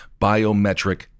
biometric